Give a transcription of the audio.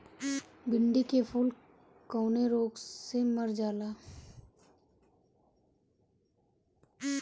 भिन्डी के फूल कौने रोग से मर जाला?